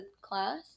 class